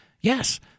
yes